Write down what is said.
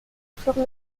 flore